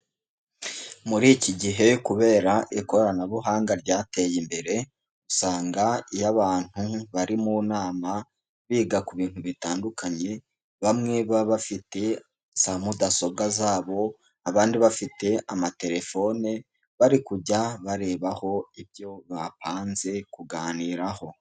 Muri iki gihe kubera ikoranabuhanga ryateye imbere usanga iyo abantu bari mu nama biga ku bintu bitandukanye, bamwe baba bafite za mudasobwa zabo, abandi bafite amatelefone bari kujya barebaho ibyo bapanze kuganiraho.